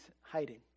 hiding